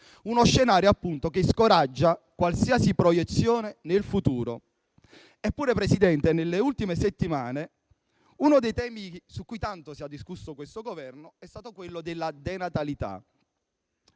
uno scenario che scoraggia qualsiasi proiezione del futuro. Eppure, nelle ultime settimane uno dei temi su cui tanto ha discusso questo Governo è stato la denatalità.